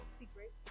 secret